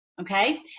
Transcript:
okay